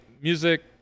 music